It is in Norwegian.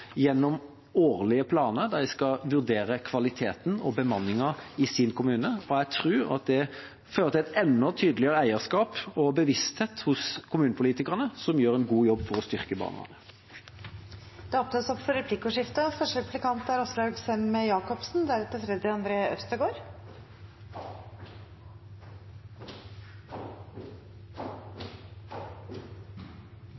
gjennom årlige planer der de skal vurdere kvaliteten og bemanningen i sin kommune. Jeg tror at det fører til enda tydeligere eierskap og bevissthet hos kommunepolitikerne, som gjør en god jobb for å styrke barnevernet. Det blir replikkordskifte. Jeg har egentlig bare et kort spørsmål, for